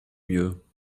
mieux